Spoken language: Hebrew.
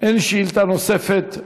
אין שאילתה נוספת.